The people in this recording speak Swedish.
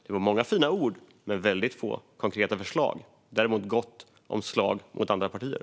Det var många fina ord, men få konkreta förslag. Däremot var det gott om slag mot andra partier.